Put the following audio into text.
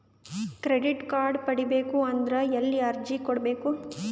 Credit card ಪಡಿಬೇಕು ಅಂದ್ರ ಎಲ್ಲಿ ಅರ್ಜಿ ಕೊಡಬೇಕು?